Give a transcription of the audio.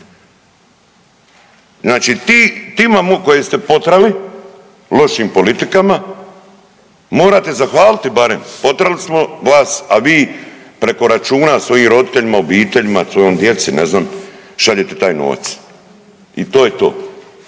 Znači ti …/nerazumljivo/… koje ste potirali lošim politikama morate zahvaliti barem, potirali smo vas a vi preko računa svojim roditeljima, obiteljima, svojoj djeci ne znam šaljete taj novac i to je to.